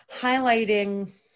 highlighting